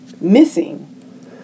missing